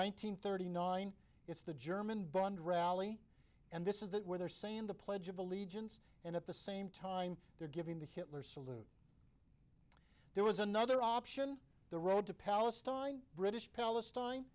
hundred thirty nine it's the german bond rally and this is that where they're saying the pledge of allegiance and at the same time they're giving the hitler salute there was another option the road to palestine british palestine